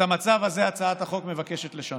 את המצב הזה הצעת החוק מבקשת לשנות.